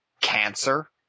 cancer